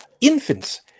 infants